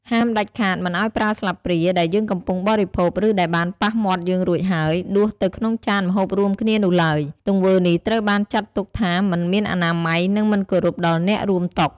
ហាមដាច់ខាតមិនឱ្យប្រើស្លាបព្រាដែលយើងកំពុងបរិភោគ ឬដែលបានប៉ះមាត់យើងរួចហើយ ដួសទៅក្នុងចានម្ហូបរួមគ្នានោះឡើយ ទង្វើនេះត្រូវបានចាត់ទុកថាមិនមានអនាម័យ និងមិនគោរពដល់អ្នករួមតុ។